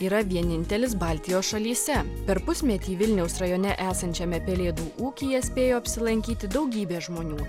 yra vienintelis baltijos šalyse per pusmetį vilniaus rajone esančiame pelėdų ūkyje spėjo apsilankyti daugybė žmonių